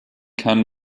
kann